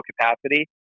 capacity